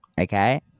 Okay